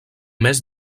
més